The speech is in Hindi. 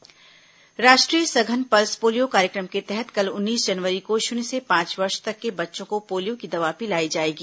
पल्स पोलियो अभियान राष्ट्रीय सघन पल्स पोलियो कार्यक्रम के तहत कल उन्नीस जनवरी को शुन्य से पांच वर्ष तक के बच्चों को पोलियो की दवा पिलाई जाएगी